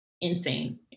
insane